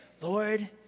Lord